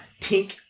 tink